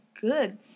good